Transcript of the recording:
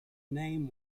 name